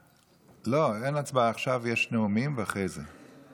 לא, אין הצבעה עכשיו, יש נאומים, ואחרי זה.